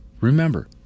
remember